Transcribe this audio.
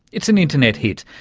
it's an internet hit.